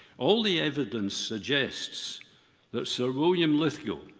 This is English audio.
all the evidence suggests that sir william lithgow,